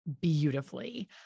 beautifully